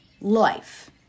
life